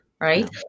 right